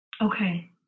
Okay